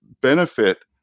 benefit